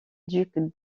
duc